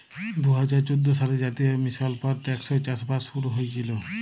দু হাজার চোদ্দ সালে জাতীয় মিশল ফর টেকসই চাষবাস শুরু হঁইয়েছিল